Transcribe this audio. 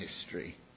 history